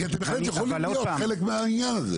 כי אתם בהחלט יכולים להיות חלק מהעניין הזה.